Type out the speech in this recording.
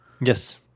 Yes